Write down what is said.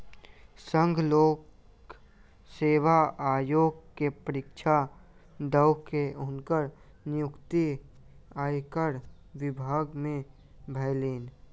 संघ लोक सेवा आयोग के परीक्षा दअ के हुनकर नियुक्ति आयकर विभाग में भेलैन